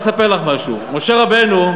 אני אספר לך משהו: משה רבנו,